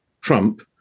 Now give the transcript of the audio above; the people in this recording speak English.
Trump